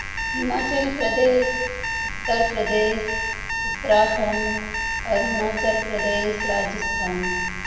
Himachal Pradesh Uttar Pradesh Uttarakhand Arunachal Pradesh Rajasthan